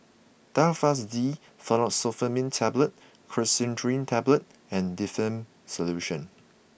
Telfast D Fexofenadine Tablets Cetirizine Tablets and Difflam Solution